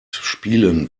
spielen